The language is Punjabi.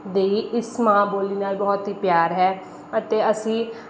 ਦੀ ਇਸ ਮਾਂ ਬੋਲੀ ਨਾਲ ਬਹੁਤ ਹੀ ਪਿਆਰ ਹੈ ਅਤੇ ਅਸੀਂ